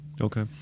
Okay